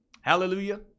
Hallelujah